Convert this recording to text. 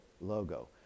logo